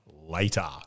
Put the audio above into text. later